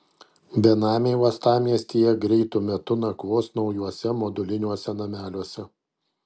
benamiai uostamiestyje greitu metu nakvos naujuose moduliniuose nameliuose